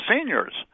seniors